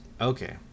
Okay